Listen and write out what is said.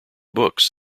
books